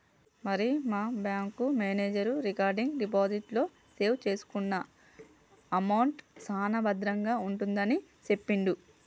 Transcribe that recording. మరి మా bank manager recurring deposit లో సేవ్ చేసుకున్న అమౌంట్ సాన భద్రంగా ఉంటుందని సెప్పిండు